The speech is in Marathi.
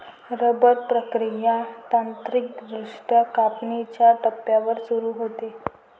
रबर प्रक्रिया तांत्रिकदृष्ट्या कापणीच्या टप्प्यावर सुरू होते